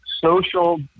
social